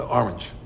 orange